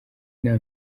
inama